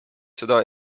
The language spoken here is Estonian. seda